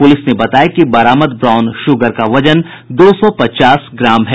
police ने बताया कि बरामद ब्राउन शुगर का वजन दो सौ पचास ग्राम है